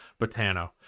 Botano